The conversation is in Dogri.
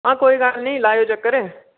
हां कोई गल्ल नी लाएयो चक्कर